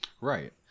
Right